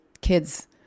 kids